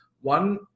One